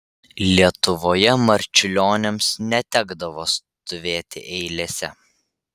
lietuvoje marčiulioniams netekdavo stovėti eilėse